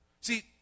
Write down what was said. See